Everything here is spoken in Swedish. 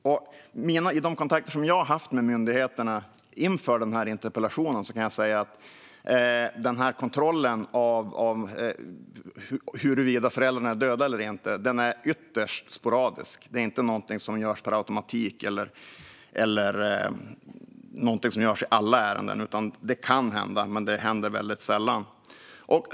När det gäller de kontakter som jag har haft med myndigheterna inför denna interpellation kan jag säga att kontrollen av huruvida föräldrarna är döda eller inte sker ytterst sporadiskt. Det är inte något som görs per automatik eller något som görs i alla ärenden. Det kan hända, men det händer väldigt sällan.